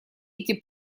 эти